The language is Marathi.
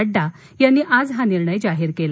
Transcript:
नडडा यांनी आज हा निर्णय जाहीर केला